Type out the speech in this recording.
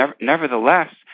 Nevertheless